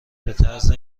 بطرز